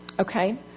Okay